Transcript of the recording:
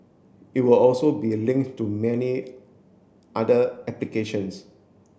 it would also be link to many other applications